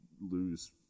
lose